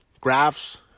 graphs